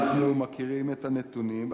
אנחנו מכירים את הנתונים,